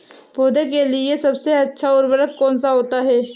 पौधे के लिए सबसे अच्छा उर्वरक कौन सा होता है?